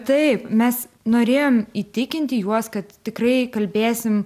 taip mes norėjom įtikinti juos kad tikrai kalbėsim